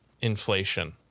inflation